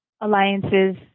alliances